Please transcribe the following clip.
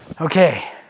Okay